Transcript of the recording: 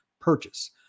purchase